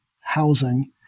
housing